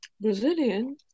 Brazilian